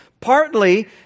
partly